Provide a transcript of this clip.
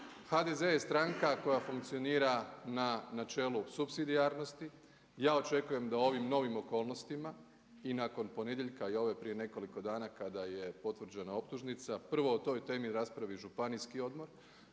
HDZ je stranka koja funkcionira na načelu supsidijarnosti. Ja očekujem da u ovim novim okolnostima i nakon ponedjeljka i ove prije nekoliko dana kada je potvrđena optužnica prvo o toj temi raspravi županijski odbor,